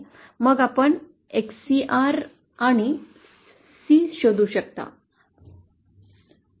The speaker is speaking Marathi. मग आपण Xcr आणि C शोधू शकता